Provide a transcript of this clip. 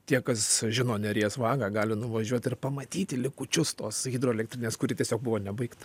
tie kas žino neries vagą gali nuvažiuot ir pamatyti likučius tos hidroelektrinės kuri tiesiog buvo nebaigta